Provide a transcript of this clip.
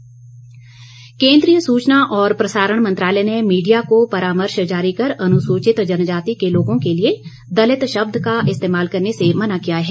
परामर्श केंद्रीय सूचना और प्रसारण मंत्रालय ने मीडिया को परामर्श जारी कर अनुसूचित जनजाति के लोगों के लिए दलित शब्द का इस्तेमाल करने से मना किया है